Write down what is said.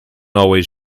always